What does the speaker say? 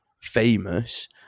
famous